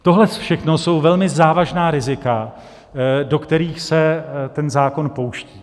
Tohle všechno jsou velmi závažná rizika, do kterých se ten zákon pouští.